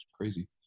crazy